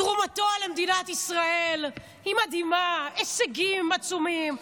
תרומתו למדינת ישראל היא מדהימה, הישגים עצומים.